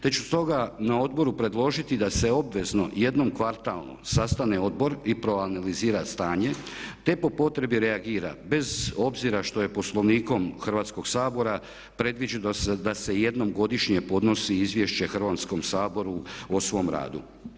Te ću stoga na odboru predložiti da se obvezno jednom kvartalno sastane odbor i proanalizira stanje te po potrebi reagira bez obzira što je Poslovnikom Hrvatskog sabora predviđeno da se jednom godišnje podnosi Izvješće Hrvatskom saboru o svom radu.